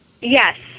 Yes